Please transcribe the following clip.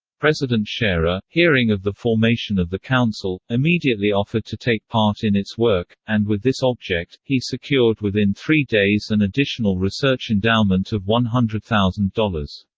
president scherer, hearing of the formation of the council, immediately offered to take part in its work, and with this object, he secured within three days an and additional research endowment of one hundred thousand dollars.